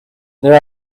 there